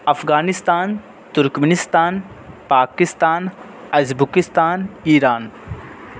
Afghanistan Turkmenistan Pakistan Uzbekistan Iran